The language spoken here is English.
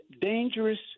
dangerous